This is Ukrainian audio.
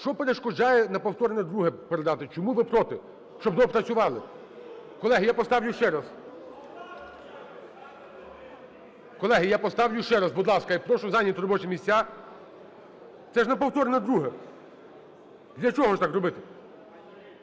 що перешкоджає на повторне друге передати, чому ви проти, щоб доопрацювали? Колеги, я поставлю ще раз. Колеги, я поставлю ще раз. Будь ласка, я прошу зайняти робочі місця. Це ж на повторне друге. Для чого ж так робити?